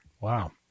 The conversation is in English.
Wow